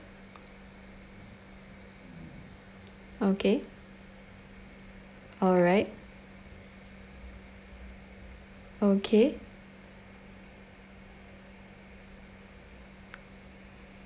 okay alright okay